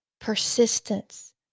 Persistence